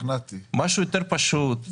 משהו יותר פשוט,